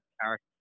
Character